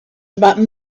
about